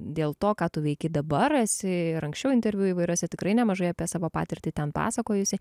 dėl to ką tu veiki dabar esi ir anksčiau interviu įvairiose tikrai nemažai apie savo patirtį ten pasakojusi